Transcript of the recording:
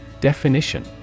Definition